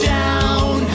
down